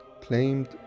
claimed